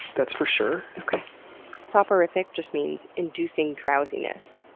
that's for sure soporific just means inducing drowsiness.